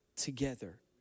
Together